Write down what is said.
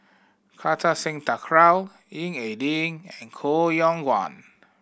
Kartar Singh Thakral Ying E Ding and Koh Yong Guan